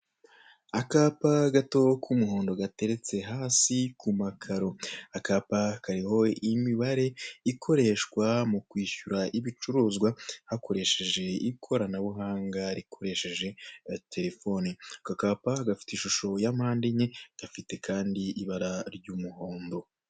Akapa gato k'umuhondo gateretse hasi ku makaro. Akapa kariho imibare ikoreshwa mu kwishyura ibicuruzwa hakoresheje ikoranabuhanga rikoresheje telefone. Aka kapa, gafite ishusho ya mpande enye, gafite kandi ibara ry'umuhondo.